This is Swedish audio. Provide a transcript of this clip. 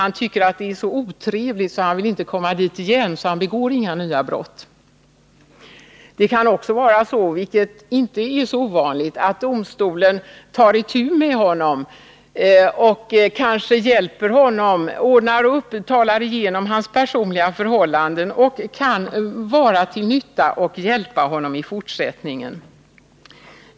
Han tycker att det är så otrevligt att han inte vill komma dit igen, och därför begår han inga nya brott. Det kan också vara så, vilket inte är så ovanligt, att domstolen tar itu med honom och talar igenom hans personliga förhållanden. Domstolen kan på det sättet vara till nytta och hjälpa honom i fortsättningen.